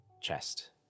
chest